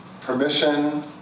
Permission